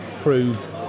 prove